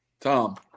Tom